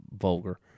vulgar